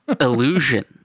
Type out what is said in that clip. Illusion